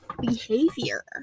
behavior